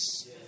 Yes